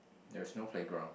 there's no playground